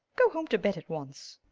go home to bed at once.